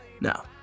Now